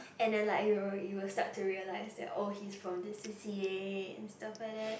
and then like you'll you'll start to realise that oh he's from this C_C_A and stuff like that